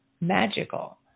magical